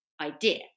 idea